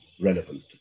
relevant